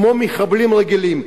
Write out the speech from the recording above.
כמו מחבלים רגילים.